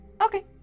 Okay